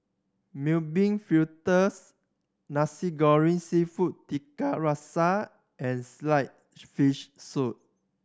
Mung Bean Fritters Nasi Goreng Seafood Tiga Rasa and sliced fish soup